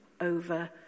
over